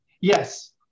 Yes